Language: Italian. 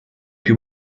più